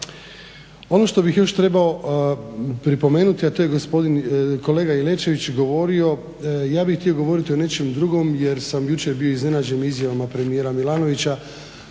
Ono što bih još trebao pripomenuti a to je gospodin kolega Jelečević govorio, ja bih htio govoriti o nečem drugom jer sam jučer bio iznenađen izjavama premijera Milanovića